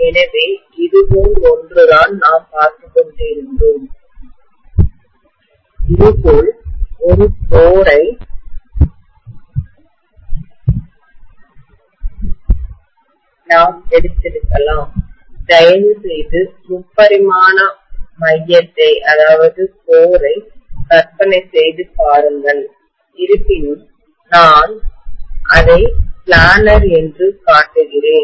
எனவே இதுபோல் ஒன்றுதான் நாம் பார்த்துக் கொண்டிருந்தோம் இதுபோல் ஒரு கோரை நாம் எடுத்திருக்கலாம் தயவுசெய்து முப்பரிமாண மையத்தைகோரை கற்பனை செய்து பாருங்கள் இருப்பினும் நான் அதை பிளானர் என்று காட்டுகிறேன்